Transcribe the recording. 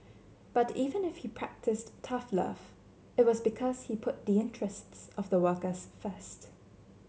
but even if he practised tough love it was because he put the interests of the workers first